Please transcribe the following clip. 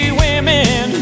women